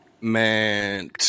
Man